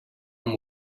amb